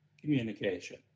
communication